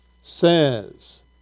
Says